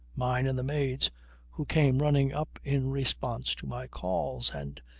mine and the maid's who came running up in response to my calls, and.